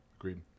Agreed